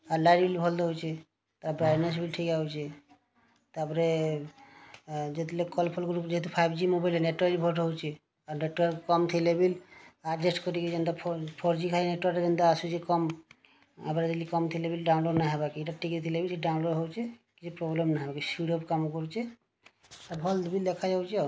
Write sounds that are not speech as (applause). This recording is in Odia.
(unintelligible) ଭଲ୍ ଦେଉଛେ ତା'ର୍ ବ୍ରାଇଟ୍ନେସ୍ ବି ଠିକ୍ ଆଉଛେ ତା'ପ୍ରେ ଯେତେବେଲେ କଲ୍ଫଲ୍ କଲୁ ଯେହେତୁ ଫାଇଭ୍ ଜି ମୋବାଇଲ୍ ନେଟ୍ୱାର୍କ୍ ବି ଭଲ୍ ରହୁଛେ ଆଉ ନେଟ୍ୱାର୍କ୍ କମ୍ ଥିଲେ ଭି ଆଡ଼ଜଷ୍ଟ୍ କରିକି ଯେନ୍ତା ଫୋର୍ ଜି କାହିଁ ନେଟ୍ୱାର୍କ୍ ରେ ଯେନ୍ତା ଆସୁଛେ (unintelligible) କମ୍ କମ୍ ଥିଲେ ଭିଲ୍ ଡାଉନ୍ଲୋଡ଼୍ ନାଇ ହେବାର୍ କି ଇ'ଟା ଟିକେ ଥିଲେ ବି ସେଟା ଡାଉନ୍ଲୋଡ଼୍ ହେଉଛେ କିଛି ପ୍ରୋବ୍ଲେମ୍ ନାଇ ହେବାର୍ ଖୁବ୍ ଶୀଘ୍ର କାମ୍ କରୁଛେ ଭଲ୍ ବି ଦେଖାଯାଉଛେ ଆଉ